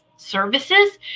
Services